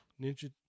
ninja